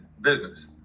business